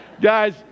guys